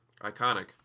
Iconic